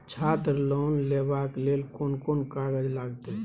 छात्र लोन लेबाक लेल कोन कोन कागज लागतै?